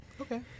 Okay